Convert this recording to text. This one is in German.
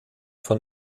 von